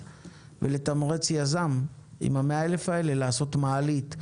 ולתמרץ יזם עם ה-100 אלף האלה לעשות מעלית.